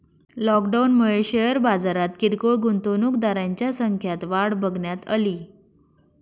लॉकडाऊनमुळे शेअर बाजारात किरकोळ गुंतवणूकदारांच्या संख्यात वाढ बघण्यात अली